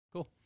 cool